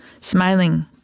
smiling